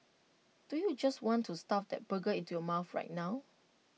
don't you just want to stuff that burger into your mouth right now